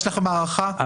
יש לכם הערכה של זה?